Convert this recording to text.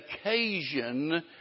occasion